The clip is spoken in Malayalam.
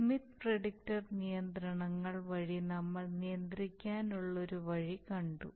സ്മിത്ത് പ്രെഡിക്ടർ നിയന്ത്രണങ്ങൾ വഴി നമ്മൾ നിയന്ത്രിക്കാനുള്ള ഒരു വഴി കണ്ടു